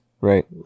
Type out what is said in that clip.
Right